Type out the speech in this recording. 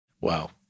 Wow